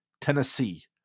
tennessee